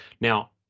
Now